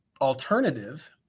alternative